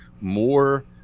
more